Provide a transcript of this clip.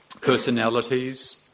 personalities